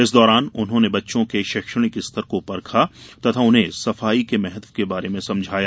इस दौरान उन्होंने बच्चों के शैक्षणिक स्तर को परखा तथा उन्हें सफाई के महत्व के बारे में समझाया